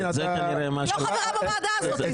אני לא חברה בוועדה הזאת.